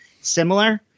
similar